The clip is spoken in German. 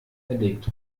erlegt